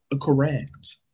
Correct